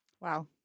Wow